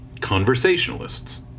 conversationalists